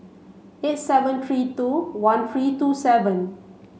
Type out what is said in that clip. eight seven three two one three two seven